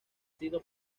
sido